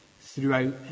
throughout